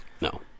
No